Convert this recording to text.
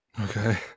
Okay